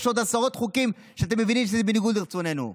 יש עוד עשרות חוקים שאתם מבינים שזה בניגוד לרצוננו.